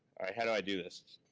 how do i do this?